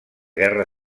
guerra